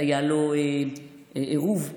היה לו עירוב חיצוני,